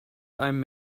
i’m